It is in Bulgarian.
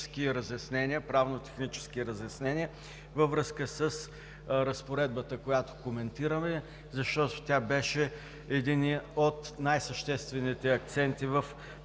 правно-технически разяснения във връзка с разпоредбата, която коментираме, защото тя беше единият от най-съществените акценти в